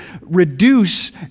reduce